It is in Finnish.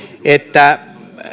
että